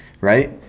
Right